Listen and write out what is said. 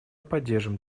поддержим